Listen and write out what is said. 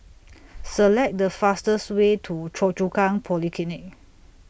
Select The fastest Way to Choa Chu Kang Polyclinic